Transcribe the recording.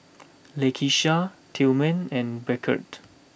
Lakeisha Tilman and Beckett